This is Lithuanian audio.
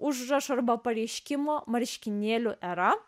užrašų arba pareiškimo marškinėlių era